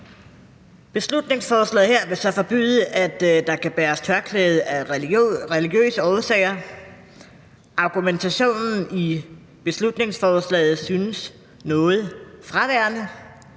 Beslutningsforslaget her vil så forbyde, at der kan bæres tørklæde af religiøse årsager. Argumentationen i beslutningsforslaget synes noget fraværende.